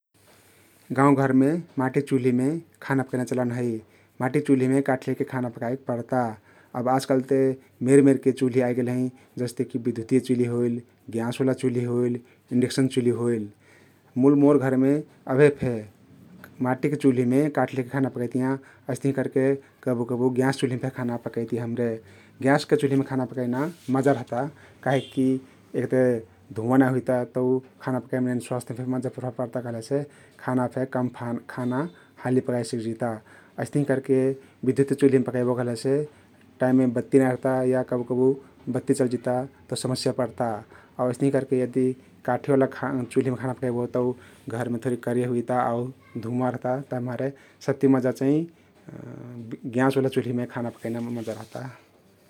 गाउँ घरमे माटीक चुल्हीमे खाना पकैना चलन हइ । माटीके चुल्हीमे कठी लैके खाना पकइक पर्ता । अब आजकल्ह ते मेर मेरके चुल्ही आइगेल हैं । जस्ते कि बिधुतिय चुल्ही होइल, ग्याँस ओला चुल्ही होइल, इन्डेक्सन चुल्ही होइल । मुल मोर घरमे अभे फे माटीक चुल्हीमे काठीले खाना पकैतियाँ । अइस्तहिं करके कबु लबु ग्याँस चुल्हीम फे खाना पकैती हम्रे । ग्याँसके चुल्हीमे खाना पकैना मजा रहता काहिकी एक ते धुवाँ नाई हुइता तउ खाना पकैया मनैन स्वास्थ्य फे मजा प्रभाव पर्ता कहलेसे खाना फे कम खाना हाली पकइ सिक्जिता । अइस्तहिं करके बिधुतिय चुल्हिम पकैबो कहलेसे टाईममे बत्ती नाई रहता या कबु कबु बत्ती चलजिता तउ समस्या पर्ता आउ अइस्तहिं करके यदि काठी ओला चुल्हिम खाना पकैबो तउ घरमे थोरिक करिया हुइजिता आउ धुवाँ रहता तभिमारे सबति मजा चाहिं ग्याँस ओला चुल्हीमे खान पकैना मजा रहता ।